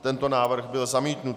Tento návrh byl zamítnut.